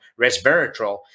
resveratrol